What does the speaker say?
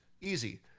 Easy